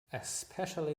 especially